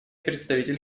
представитель